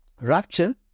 Rapture